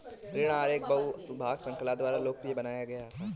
ऋण आहार एक बहु भाग श्रृंखला द्वारा लोकप्रिय बनाया गया था